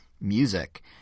music